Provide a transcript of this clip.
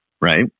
right